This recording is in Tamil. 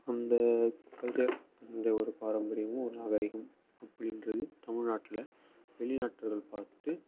அந்த கல்ச்சர் அந்த ஒரு பாரம்பரியமும் ஒரு நாகரிகம் அப்படின்றது தமிழ்நாட்டில் வெளிநாட்டினர்கள் பார்த்து